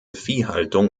viehhaltung